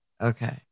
Okay